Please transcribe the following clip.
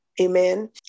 amen